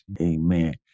Amen